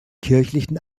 kirchlichen